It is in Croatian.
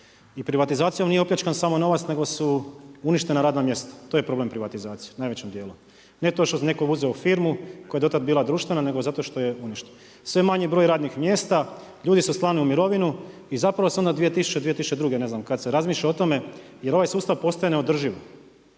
i privatizacijom nije opljačkan samo novac, nego su uništena radna mjesta. To je problem privatizacije u najvećem dijelu, ne to što je netko uzeo firmu koja je do tad bila društvena, nego zato što je uništena. Sve manji broj radnih mjesta, ljudi su slani u mirovinu i zapravo se onda 2000., 2002. ne znam kad se razmišlja o tome jer ovaj sustav postaje neodrživ.